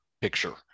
picture